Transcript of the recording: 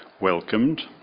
welcomed